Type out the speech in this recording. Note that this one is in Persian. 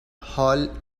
حاال